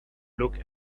look